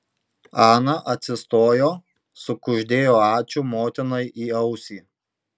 ana atsistojo sukuždėjo ačiū motinai į ausį